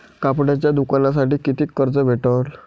कापडाच्या दुकानासाठी कितीक कर्ज भेटन?